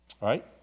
right